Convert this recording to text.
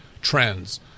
trends